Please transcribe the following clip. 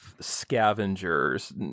scavengers